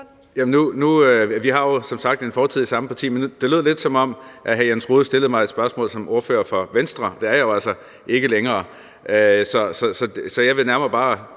Nu har vi jo som sagt en fortid i det samme parti. Men det lød lidt, som om hr. Jens Rohde stillede mig et spørgsmål som ordfører for Venstre. Det er jeg jo altså ikke længere, så jeg vil nærmere bare